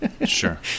Sure